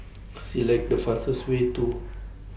Select The fastest Way to